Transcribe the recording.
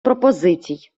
пропозицій